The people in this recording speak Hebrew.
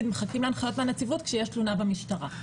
שמחכים להנחיות מהנציבות כשיש תלונה במשטרה.